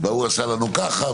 וההוא עשה לנו ככה,